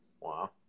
wow